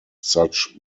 such